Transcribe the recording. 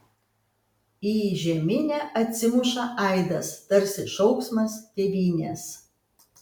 į žeminę atsimuša aidas tarsi šauksmas tėvynės